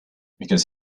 because